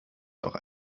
auch